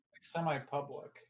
Semi-public